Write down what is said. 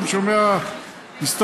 אני שומע,